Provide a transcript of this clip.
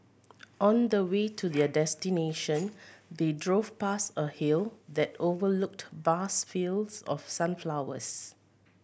on the way to their destination they drove past a hill that overlooked vast fields of sunflowers